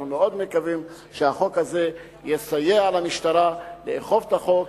אנחנו מאוד מקווים שהחוק הזה יסייע למשטרה לאכוף את החוק,